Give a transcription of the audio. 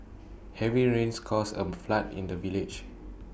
heavy rains caused A flood in the village